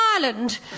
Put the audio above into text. Ireland